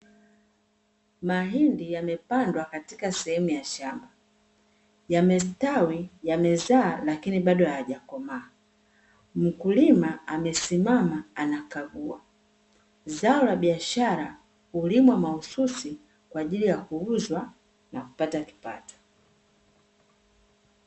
Mahindi yamepandwa katika seemu ya shamba yamestawi, yamezaa lakini bado hayajakomaa, mkulima amesimama anakagua, zao la biashara hulimwa mahususi kwaajili ya kuuzwa na kupata kipato